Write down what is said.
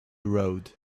road